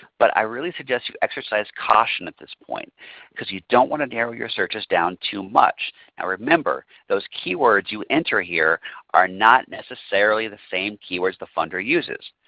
but i really suggest that you exercise caution at this point because you don't want to narrow your searches down too much. now remember those keywords you enter here are not necessarily the same keywords the funder uses.